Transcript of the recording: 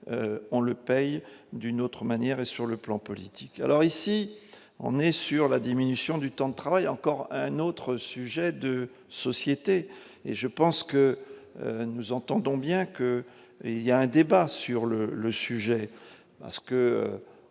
on le paye d'une autre manière et sur le plan politique, alors ici on est sur la diminution du temps de travail, et encore un autre sujet de société, et je pense que nous entendons bien que il y a un débat sur le le sujet